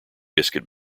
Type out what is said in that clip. biscuit